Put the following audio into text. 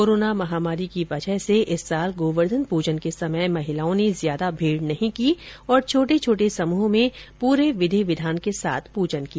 corona महामारी के संक्रमण की वजह से इस साल गोवर्धन पूजन के समय महिलाओं ने ज्यादा भीड नहीं की और छोटे छोटे समृह में पुरे विधि विधान के साथ पुजन किया